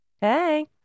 Hey